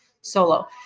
solo